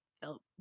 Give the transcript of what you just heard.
felt